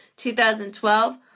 2012